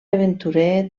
aventurer